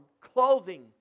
clothing